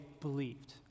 believed